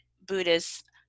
Buddhist